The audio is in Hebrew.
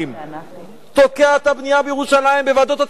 תוקע את ירושלים בוועדות התכנון והבנייה.